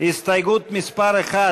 סתיו שפיר,